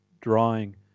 drawing